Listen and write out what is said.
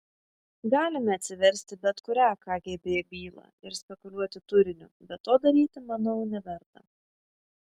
galime atsiversti bet kurią kgb bylą ir spekuliuoti turiniu bet to daryti manau neverta